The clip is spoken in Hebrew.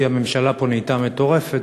כי הממשלה פה נהייתה מטורפת,